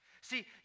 See